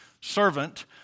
servant